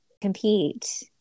compete